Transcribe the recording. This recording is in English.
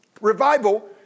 Revival